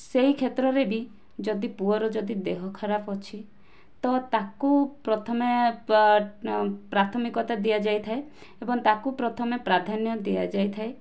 ସେହି କ୍ଷେତ୍ରରେ ବି ଯଦି ପୁଅର ଯଦି ଦେହ ଖରାପ ଅଛି ତ ତାକୁ ପ୍ରଥମେ ପ୍ରାଥମିକତା ଦିଆଯାଇଥାଏ ଏବଂ ତାକୁ ପ୍ରଥମେ ପ୍ରାଧାନ୍ୟ ଦିଆଯାଇଥାଏ